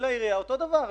ולעירייה אותו דבר.